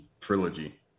trilogy